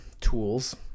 tools